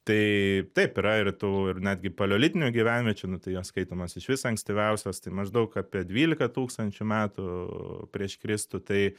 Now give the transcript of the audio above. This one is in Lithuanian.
tai taip yra ir tų ir netgi paleolitinių gyvenviečių nu tai jos skaitomas išvis ankstyviausios tai maždaug apie dvylika tūkstančių metų prieš kristų tai